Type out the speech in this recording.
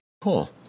Cool